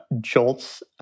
jolts